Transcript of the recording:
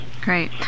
Great